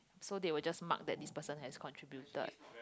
so they will just mark that this person has contributed